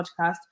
Podcast